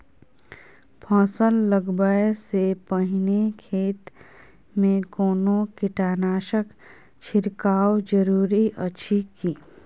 फसल लगबै से पहिने खेत मे कोनो कीटनासक छिरकाव जरूरी अछि की?